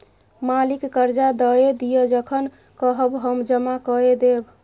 मालिक करजा दए दिअ जखन कहब हम जमा कए देब